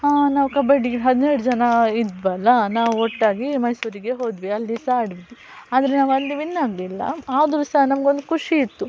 ಹಾಂ ನಾವು ಕಬಡ್ಡಿ ಹನ್ನೆರ್ಡು ಜನ ಇದ್ದೆವಲ್ಲ ನಾವು ಒಟ್ಟಾಗಿ ಮೈಸೂರಿಗೆ ಹೋದ್ವಿ ಅಲ್ಲಿ ಸಹ ಆಡ್ತೀವಿ ಆದರೆ ನಾವಲ್ಲಿ ವಿನ್ ಆಗಲಿಲ್ಲ ಆದರೂ ಸಹ ನಮ್ಗೊಂದು ಖುಷಿ ಇತ್ತು